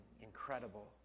incredible